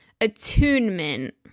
attunement